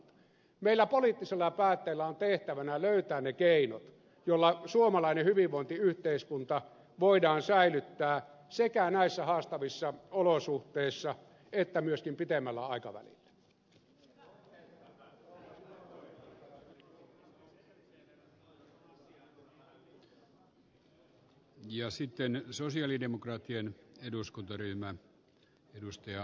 meillä poliittisilla päättäjillä on tehtävänä löytää ne keinot joilla suomalainen hyvinvointiyhteiskunta voidaan säilyttää sekä näissä haastavissa olosuhteissa että myöskin pitemmällä aikavälillä